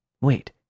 Wait